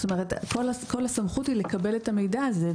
זאת אומרת כל הסמכות היא לקבל את המידע הזה,